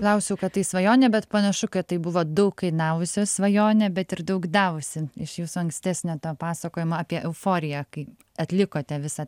klausiau kad tai svajonė bet panašu kad tai buvo daug kainavusi svajonė bet ir daug davusi iš jūsų ankstesnio to pasakojimo apie euforiją kai atlikote visą